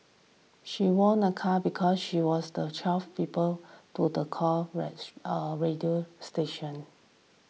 she won a car because she was the twelfth people to the call a radio station